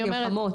אני אומרת,